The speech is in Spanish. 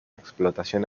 explotación